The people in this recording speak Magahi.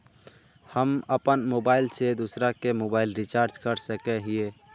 हम अपन मोबाईल से दूसरा के मोबाईल रिचार्ज कर सके हिये?